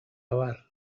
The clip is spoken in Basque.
abar